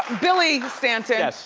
billy stanton, yes.